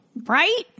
Right